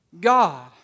God